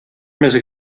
més